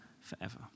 forever